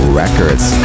records